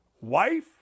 wife